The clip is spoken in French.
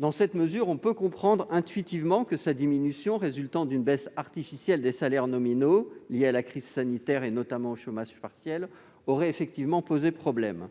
On peut comprendre intuitivement que sa diminution, résultant d'une baisse artificielle des salaires nominaux, liée à la crise sanitaire et notamment au chômage partiel, pourrait effectivement poser problème.